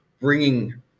bringing